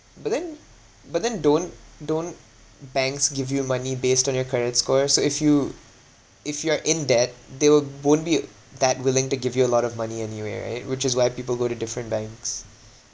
but then but then don't don't banks give you money based on your current score so if you if you are in debt they will won't be uh that willing to give you a lot of money anyway right which is why people go to different banks